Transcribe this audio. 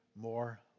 more